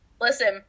Listen